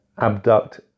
abduct